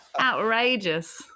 outrageous